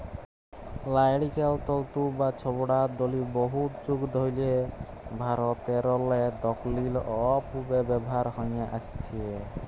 লাইড়কেল তল্তু বা ছবড়ার দড়ি বহুত যুগ ধইরে ভারতেরলে দখ্খিল অ পূবে ব্যাভার হঁয়ে আইসছে